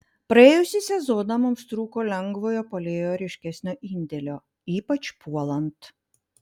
praėjusį sezoną mums trūko lengvojo puolėjo ryškesnio indėlio ypač puolant